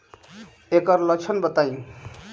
एकर लक्षण बताई?